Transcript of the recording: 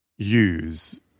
use